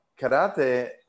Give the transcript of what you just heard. Karate